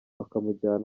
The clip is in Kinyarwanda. akamujyana